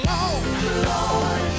Lord